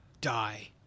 die